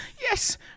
Yes